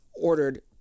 ordered